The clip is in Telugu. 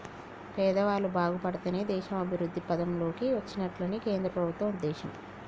పేదవాళ్ళు బాగుపడితేనే దేశం అభివృద్ధి పథం లోకి వచ్చినట్లని కేంద్ర ప్రభుత్వం ఉద్దేశం